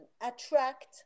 attract